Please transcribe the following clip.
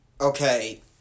Okay